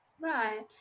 right